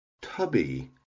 tubby